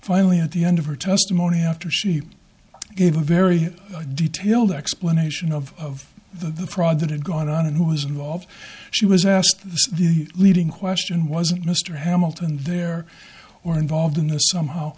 finally at the end of her testimony after she gave a very detailed explanation of the fraud that it got on and who was involved she was asked the leading question wasn't mr hamilton there or involved in this somehow